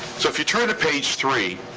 so if you turn to page three,